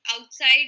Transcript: outside